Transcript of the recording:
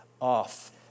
off